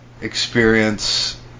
experience